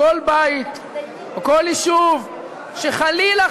כל בית או כל יישוב שחלילה,